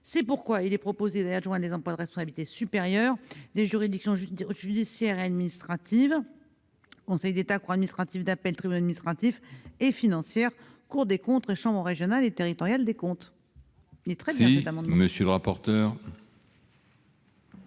C'est pourquoi il est proposé d'y adjoindre les emplois de responsabilité supérieure des juridictions judiciaires, administratives- Conseil d'État, cours administratives d'appel, tribunaux administratifs -et financières- Cour des comptes et chambres régionales et territoriales des comptes.